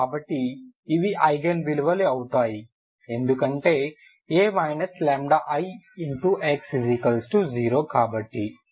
కాబట్టి ఇవి ఐగెన్ విలువలు అవుతాయి ఎందుకంటే A iIX0కాబట్టి